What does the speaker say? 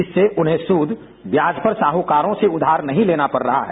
इससे उन्हें सूद ब्याज पर साहूकारों से उधार नही लेना पड़ रहा है